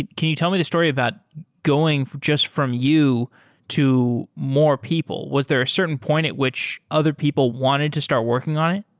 can you tell me the story about going just from you to more people? was there a certain point at which other people wanted to start working on it?